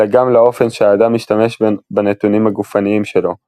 אלא גם לאופן שהאדם משתמש בנתונים הגופניים שלו - תנועות,